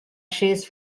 shoes